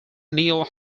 neale